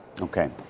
Okay